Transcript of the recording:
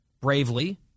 bravely